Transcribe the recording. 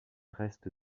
reste